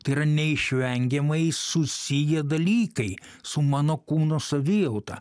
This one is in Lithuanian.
tai ir neišvengiamai susiję dalykai su mano kūno savijauta